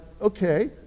Okay